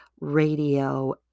radio